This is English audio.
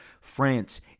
France